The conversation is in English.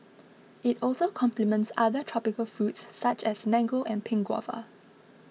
it also complements other tropical fruit such as mango and pink guava